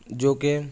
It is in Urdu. جو کہ